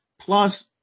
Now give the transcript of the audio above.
Plus